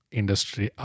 industry